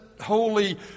holy